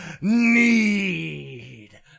need